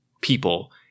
people